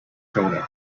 shoulder